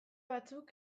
batzuk